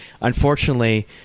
Unfortunately